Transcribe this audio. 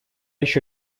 ещё